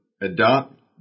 adopt